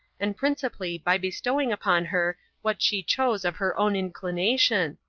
and principally by bestowing upon her what she chose of her own inclination,